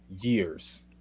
years